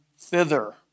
thither